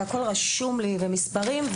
והכול רשום לי ומספרים,